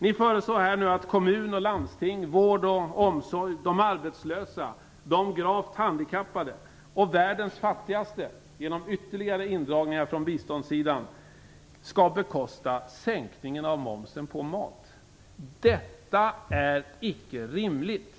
Ni förslår nu att kommuner och landsting, vård och omsorg, de arbetslösa, de gravt handikappade och världens fattigaste genom ytterligare indragningar av biståndet skall bekosta sänkningen av momsen på mat. Detta är icke rimligt.